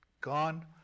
gone